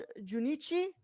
Junichi